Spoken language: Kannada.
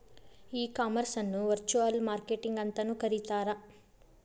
ಈ ಕಾಮರ್ಸ್ ಅನ್ನ ವರ್ಚುಅಲ್ ಮಾರ್ಕೆಟಿಂಗ್ ಅಂತನು ಕರೇತಾರ